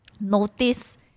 notice